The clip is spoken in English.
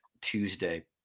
Tuesday